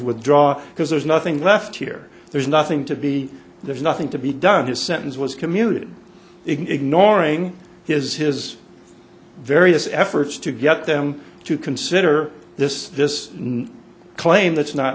withdraw because there's nothing left here there's nothing to be there's nothing to be done his sentence was commuted ignoring his his various efforts to get them to consider this this claim that's not